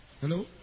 Hello